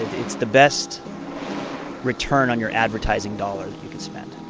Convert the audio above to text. it's the best return on your advertising dollar that you could spend